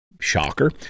shocker